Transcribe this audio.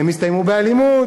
הם הסתיימו באלימות.